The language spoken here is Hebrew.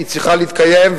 היא צריכה להתקיים,